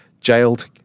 jailed